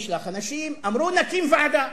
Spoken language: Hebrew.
נשלח אנשים, אמרו: נקים ועדה.